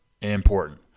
important